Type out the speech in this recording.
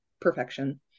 perfection